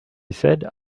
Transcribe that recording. said